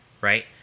right